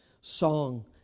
song